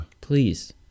Please